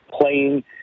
playing